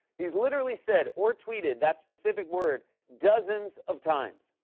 he's literally said or tweeted that specific word dozens of times.